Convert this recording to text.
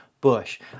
Bush